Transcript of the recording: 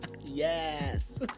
yes